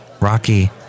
Rocky